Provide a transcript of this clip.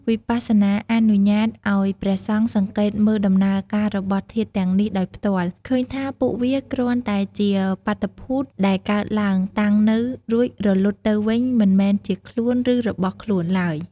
វិបស្សនាអនុញ្ញាតឱ្យព្រះសង្ឃសង្កេតមើលដំណើរការរបស់ធាតុទាំងនេះដោយផ្ទាល់ ឃើញថាពួកវាគ្រាន់តែជាបាតុភូតដែលកើតឡើង តាំងនៅ រួចរលត់ទៅវិញ មិនមែនជា "ខ្លួន" ឬ "របស់ខ្លួន" ឡើយ។